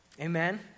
amen